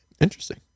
interesting